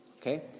Okay